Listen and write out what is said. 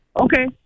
Okay